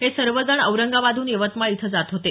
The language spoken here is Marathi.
हे सर्वजण औरंगाबादहून यवतमाळ इथं जात होते